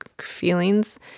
feelings